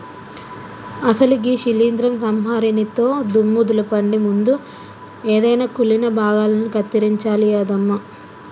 అసలు గీ శీలింద్రం సంహరినితో దుమ్ము దులపండి ముందు ఎదైన కుళ్ళిన భాగాలను కత్తిరించాలి యాదమ్మ